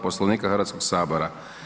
Poslovnika Hrvatskoga sabora.